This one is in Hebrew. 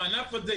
הענף הזה,